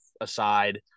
aside